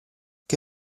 che